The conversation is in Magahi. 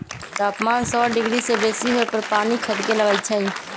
तापमान सौ डिग्री से बेशी होय पर पानी खदके लगइ छै